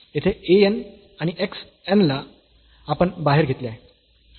येथे a n आणि x n ला आपण बाहेर घेतले आहे